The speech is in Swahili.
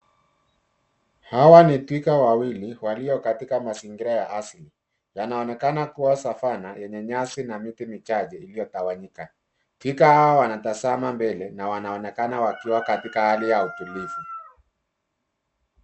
Hawa ni twiga wawili walio katika mazingira ya asili. Yanaonekana kuwa savannah yenye nyasi na miti michache iliyotawanyika. Twiga hao wanatazama mbele na wanaonekana wakiwa katika hali ya utulivu.